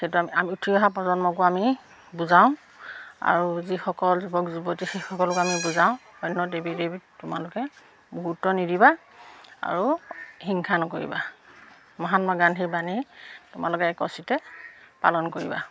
সেইটো আমি আমি উঠি অহা প্ৰজন্মকো আমি বুজাওঁ আৰু যিসকল যুৱক যুৱতী সেইসকলকো আমি বুজাওঁ অন্য দেৱী দেৱীক তোমালোকে গুৰুত্ব নিদিবা আৰু হিংসা নকৰিবা মহাত্মা গান্ধীৰ বাণী তোমালোকে একচিতে পালন কৰিবা